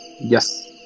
Yes